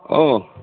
औ